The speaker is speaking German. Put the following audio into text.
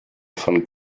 von